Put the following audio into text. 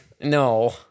No